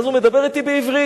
ואז הוא מדבר אתי בעברית.